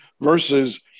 versus